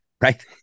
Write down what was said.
right